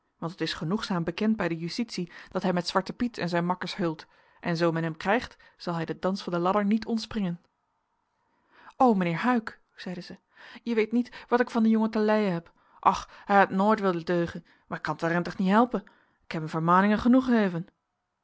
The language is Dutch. want het is genoegzaam bekend bij de justitie dat hij met zwarten piet en zijn makkers heult en zoo men hem krijgt zal hij den dans van de ladder niet ontspringen o meneer huyck zeide zij je weet niet wat ik van den jongen te lijen heb och hij heit nooit willen deugen maar ik kan het warentig niet helpen ik heb hem vermaningen genoeg